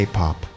K-pop